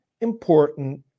important